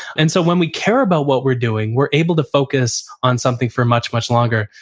and so when we care about what we're doing, we're able to focus on something for much, much longer.